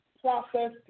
process